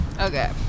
Okay